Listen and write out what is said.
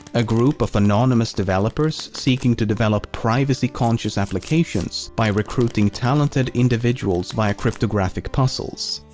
a group of anonymous developers seeking to develop privacy-conscious applications by recruiting talented individuals via cryptographic puzzles.